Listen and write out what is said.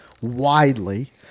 widely